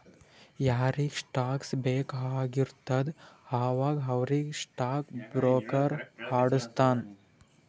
ಯಾರಿಗ್ ಸ್ಟಾಕ್ಸ್ ಬೇಕ್ ಆಗಿರ್ತುದ ಅವಾಗ ಅವ್ರಿಗ್ ಸ್ಟಾಕ್ ಬ್ರೋಕರ್ ಕೊಡುಸ್ತಾನ್